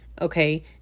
Okay